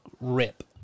rip